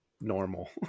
normal